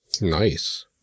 Nice